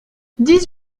dix